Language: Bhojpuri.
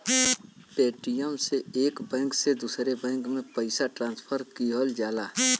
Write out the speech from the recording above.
पेटीएम से एक बैंक से दूसरे बैंक में पइसा ट्रांसफर किहल जाला